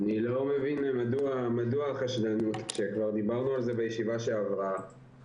אני לא מבין מדוע החשדנות כשכבר דיברנו על זה בישיבה שעברה,